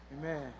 amen